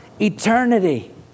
eternity